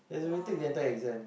!wow!